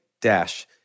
dash